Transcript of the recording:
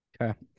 Okay